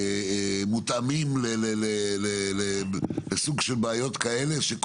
מותאמים לבעיות כאלה.